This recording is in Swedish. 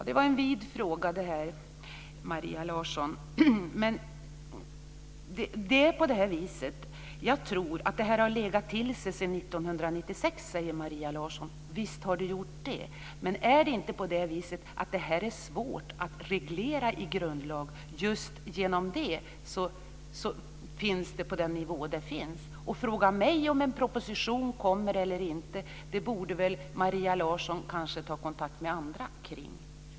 Herr talman! Det var en vid fråga, Maria Larsson. Det här har legat till sig sedan 1996, säger Maria Larsson. Visst har det gjort det. Men är det inte på det viset att det här är svårt att reglera i grundlag? Finns det inte just genom det på den nivå det finns? Maria Larsson frågar mig om en proposition kommer eller inte. Det borde hon väl kanske ta kontakt med andra om.